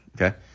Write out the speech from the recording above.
okay